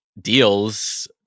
deals